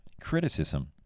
criticism